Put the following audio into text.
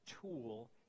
tool